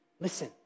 Listen